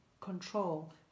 control